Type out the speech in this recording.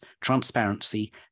transparency